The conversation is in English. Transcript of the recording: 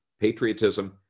patriotism